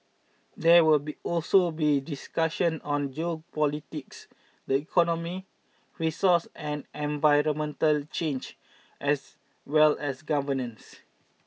there will be also be discussions on geopolitics the economy resource and environmental challenge as well as governance